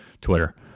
Twitter